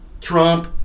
Trump